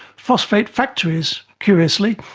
phosphate factories, curiously,